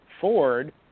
Ford